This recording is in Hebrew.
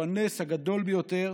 הוא הנס הגדול ביותר